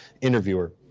interviewer